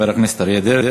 תודה, חבר הכנסת אריה דרעי.